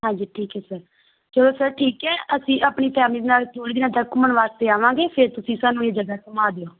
ਹਾਂਜੀ ਠੀਕ ਹੈ ਸਰ ਚਲੋ ਸਰ ਠੀਕ ਹੈ ਅਸੀਂ ਆਪਣੀ ਫੈਮਲੀ ਦੇ ਨਾਲ ਥੋੜ੍ਹੇ ਦਿਨਾਂ ਤੱਕ ਘੁੰਮਣ ਵਾਸਤੇ ਆਵਾਂਗੇ ਫਿਰ ਤੁਸੀਂ ਸਾਨੂੰ ਇਹ ਜਗ੍ਹਾ ਘੁੰਮਾ ਦਿਓ